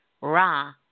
Ra